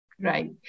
right